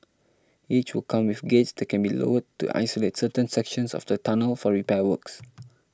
each will come with gates that can be lowered to isolate certain sections of the tunnels for repair works